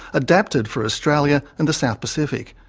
adapted for australia and the south pacific.